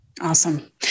Awesome